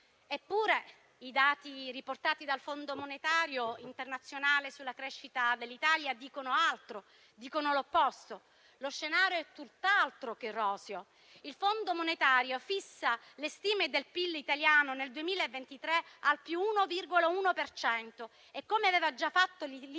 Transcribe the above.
Eppure, i dati riportati dal Fondo monetario internazionale sulla crescita dell'Italia dicono altro, dicono l'opposto: lo scenario è tutt'altro che roseo. Il Fondo monetario internazionale fissa le stime del PIL italiano nel 2023 al +1,1 per cento e - come aveva già fatto